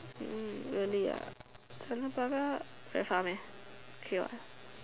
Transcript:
mm really ah tanjong-pagar very far meh okay what